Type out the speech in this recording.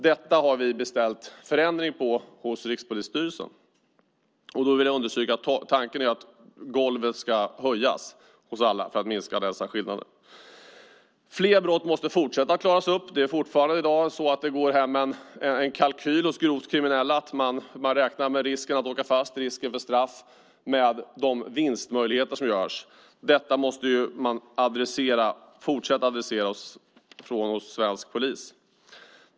Detta har vi beställt en förändring av hos Rikspolisstyrelsen. Jag vill understryka att tanken är att golvet ska höjas hos alla för att minska dessa skillnader. Fler brott måste klaras upp. De grovt kriminella kalkylerar med risken att åka fast och risken för straff och de vinster som görs. Det måste man fortsätta att adressera från svensk polis.